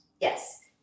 Yes